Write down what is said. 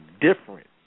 different